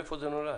מאיפה זה נולד?